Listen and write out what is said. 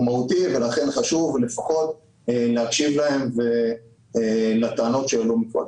ולכן חשוב לפחות להקשיב להם ולטענות שהועלו קודם.